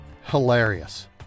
Hilarious